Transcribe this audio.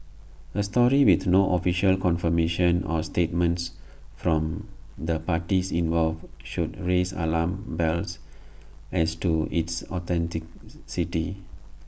A story with no official confirmation or statements from the parties involved should raise alarm bells as to its authenticity